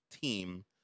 team